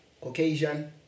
Caucasian